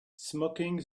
smoking